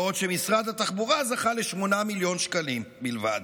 בעוד משרד התחבורה זכה ל-8 מיליון שקלים בלבד,